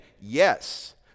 yes